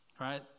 Right